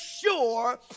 sure